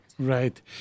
Right